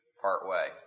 partway